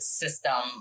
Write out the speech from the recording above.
system